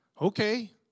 Okay